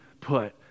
put